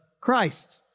Christ